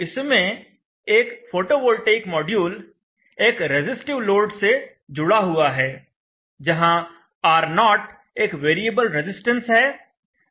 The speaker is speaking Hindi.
इसमें एक फोटोवोल्टेइक मॉड्यूल एक रेसिस्टिव लोड R0 से जुड़ा हुआ है जहां R0 एक वेरिएबल रजिस्टेंस है